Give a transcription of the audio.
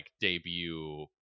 debut